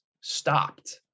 stopped